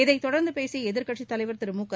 இதை தொடர்ந்து பேசிய எதிர்க்கட்சித்தலைவர் திரு முக